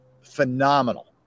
phenomenal